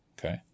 okay